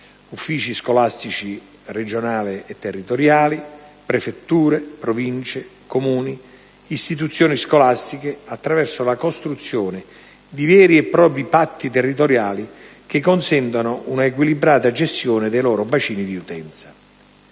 uffici scolastici regionali e territoriali, prefetture, province, comuni, istituzioni scolastiche, attraverso la costruzione di veri e propri patti territoriali, che consentano un'equilibrata gestione dei loro bacini di utenza.